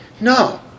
No